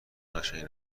قشنگ